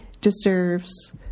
deserves